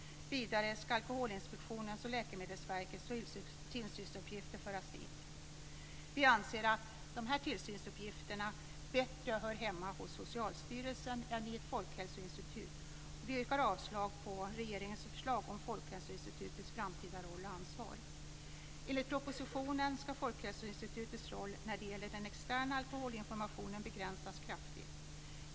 Vidare ska Alkoholinspektionens och Läkemedelsverkets tillsynsuppgifter föras dit. Vi anser att dessa tillsynsuppgifter bättre hör hemma hos Socialstyrelsen än i ett folkhälsoinstitut, och vi yrkar avslag på regeringens förslag om Folkhälsoinstitutets framtida roll och ansvar. Herr talman! Enligt propositionen ska Folkhälsoinstitutets roll när det gäller den externa alkoholinformationen begränsas kraftigt.